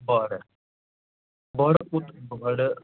بۄہڑٕ بۄہڑٕ کوٗتاہ بۄہڑٕ